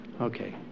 Okay